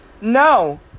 No